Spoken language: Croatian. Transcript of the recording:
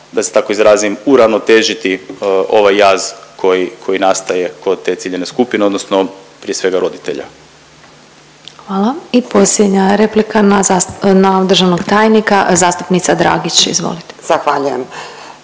da se tako izrazim uravnotežiti ovaj jaz koji nastaje kod te ciljane skupine, odnosno prije svega roditelja. **Glasovac, Sabina (SDP)** Hvala. I posljednja replika na državnog tajnika zastupnica Dragić, izvolite. **Dragić,